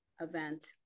event